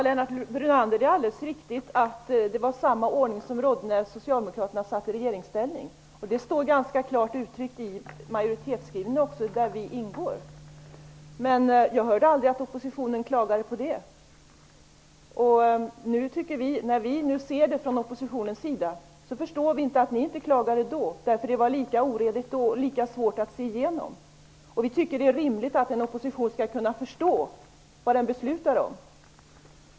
Herr talman! Det är alldeles riktigt, Lennart Brunander, att det var samma ordning som rådde när Socialdemokraterna satt i regeringsställning. Det står ganska klart uttryckt i majoritetsskrivningen, och Socialdemokraterna ingår ju i denna majoritet. Jag hörde aldrig att oppositionen då klagade på det. När vi nu ser detta från oppositionens sida förstår vi inte att ni inte klagade. Det var lika svårt då. Det är rimligt att en opposition skall kunna förstå vad den beslutar om.